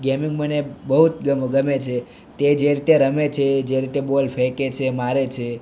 gaming મને બહુ જ ગમે છે તે જે રીતે રમે છે જે રીતે બોલ ફેંકે છે મારે છે